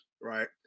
right